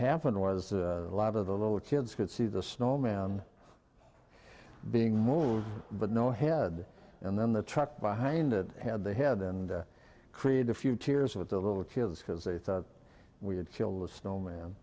happened was a lot of the little kids could see the snowman being moved but no head and then the truck behind it had they had and create a few tears with the little kids because they thought we had killed the snowman